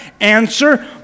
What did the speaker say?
Answer